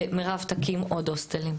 ומירב תקים עוד הוסטלים.